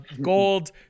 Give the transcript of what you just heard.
gold